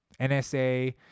nsa